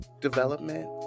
development